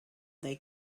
they